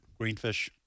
Greenfish